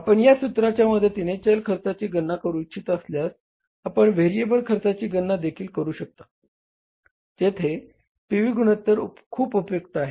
आपण या सूत्राच्या मदतीने चल खर्चाची गणना करू इच्छित असल्यास आपण व्हेरिएबल खर्चाची गणना देखील करू शकता जेथे पी व्ही गुणोत्तर खूप उपयुक्त आहे